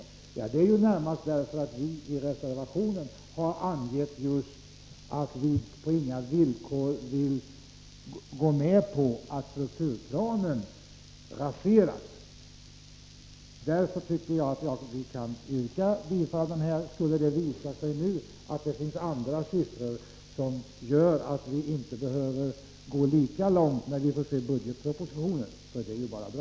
Jag yrkar bifall till reservationen närmast därför att vi där har angett att vi på inga villkor vill gå med på att strukturplanen raseras. Skulle det visa sig att det nu finns andra siffror och att vi därför inte behöver gå lika långt när vi behandlar budgetpropositionen så är det bara bra.